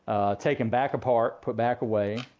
taken back part, put back away,